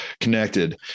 connected